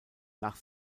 nach